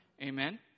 Amen